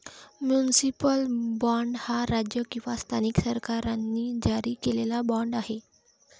municipal bond हा राज्य किंवा स्थानिक सरकारांनी जारी केलेला बाँड आहे